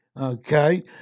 Okay